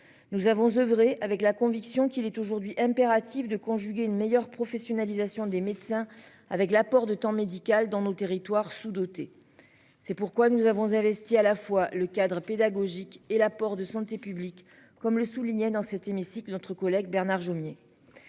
Nous avons oeuvré avec la conviction qu'il est aujourd'hui impératif de conjuguer une meilleure professionnalisation des médecins avec l'apport de temps médical dans nos territoires sous-dotés. C'est pourquoi nous avons investi à la fois le cadre pédagogique et l'apport de santé publique comme le soulignait dans cet hémicycle, notre collègue Bernard Jomier.